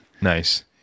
Nice